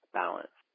balance